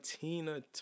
Tina